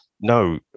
No